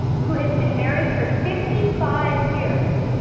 who has been married for fifty five years,